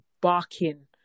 barking